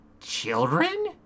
children